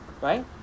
Right